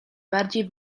bardziej